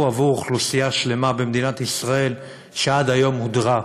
עבור אוכלוסייה שלמה במדינת ישראל שעד היום הודרה,